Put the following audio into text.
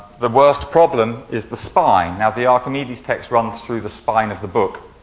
the worst problem is the spine. now, the archimedes text runs through the spine of the book.